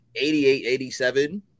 88-87